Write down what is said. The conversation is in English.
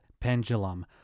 pendulum